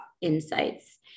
insights